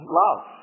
love